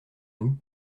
vous